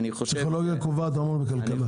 פסיכולוגיה קובעת המון בכלכלה.